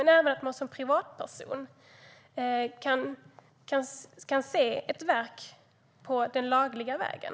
Men även en privatperson ska kunna ta del av ett verk via den lagliga vägen.